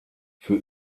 für